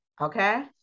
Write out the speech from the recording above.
okay